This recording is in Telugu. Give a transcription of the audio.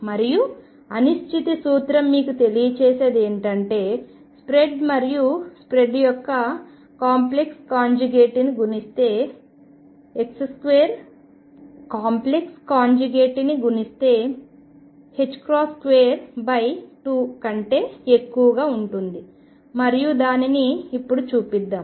మరియు అనిశ్చితి సూత్రం మీకు తెలియచేసేది ఏమిటంటే స్ప్రెడ్ మరియు స్ప్రెడ్ యొక్క కాంప్లెక్ కాంజుగేట్ ని గుణిస్తే 2 కంటే ఎక్కువగా ఉంటుంది మరియు దానిని ఇప్పుడు చూపిద్దాం